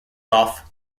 off